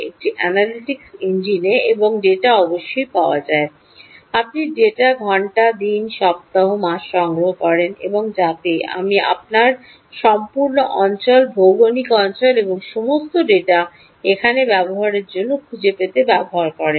একটি অ্যানালিটিক্স ইঞ্জিনে এবং ডেটা অবশ্যই পাওয়া যায় আপনি ডেটা ঘন্টা দিন সপ্তাহ মাস সংগ্রহ করেন এবং যাতে আপনি আপনার সম্পূর্ণ অঞ্চল ভৌগলিক অঞ্চল এবং সমস্ত ডেটা সেখানে ব্যবহারের জন্য খুঁজে পেতে ব্যবহার করেন